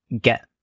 get